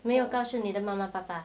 没有告诉你的妈妈爸爸